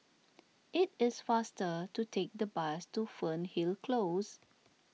it is faster to take the bus to Fernhill Close